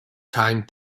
time